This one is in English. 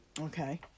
Okay